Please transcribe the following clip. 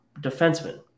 defenseman